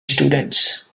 students